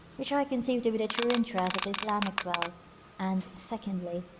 which i conceive to be the true interest of the islamic world and, secondly,